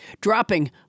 dropping